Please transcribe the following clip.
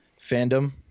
fandom